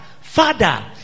Father